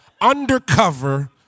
undercover